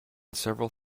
several